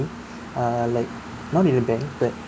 err like not in a bank but